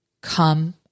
come